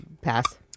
Pass